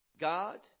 God